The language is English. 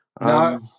No